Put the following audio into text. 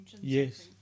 Yes